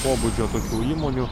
pobūdžio tokių įmonių